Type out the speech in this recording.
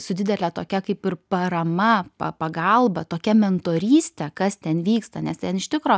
su didele tokia kaip ir parama pa pagalba tokia mentoryste kas ten vyksta nes ten iš tikro